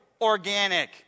organic